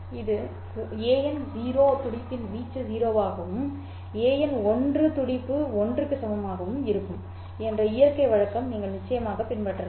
ஒரு an 0 துடிப்பின் வீச்சு 0 ஆகவும் ஒரு an 1 போது துடிப்பு 1 க்கு சமமாகவும் இருக்கும் என்ற இயற்கை வழக்கம் நீங்கள் நிச்சயமாக பின்பற்றலாம்